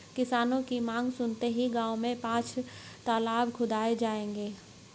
किसानों की मांग सुनते हुए गांव में पांच तलाब खुदाऐ जाएंगे